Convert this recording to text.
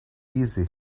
easy